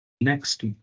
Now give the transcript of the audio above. next